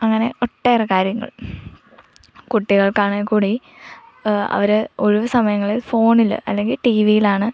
അങ്ങനെ ഒട്ടേറെ കാര്യങ്ങൾ കുട്ടികൾക്കാണെങ്കിൽ കൂടി അവർ ഒഴിവ് സമയങ്ങളിൽ ഫോണിൽ അല്ലെങ്കിൽ ടി വിയിലാണ്